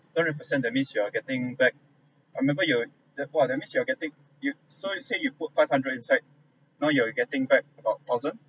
thirty percent that means you are getting back I remember you !wah! that means you are getting you so you say you put five hundred aside now you are getting back about thousand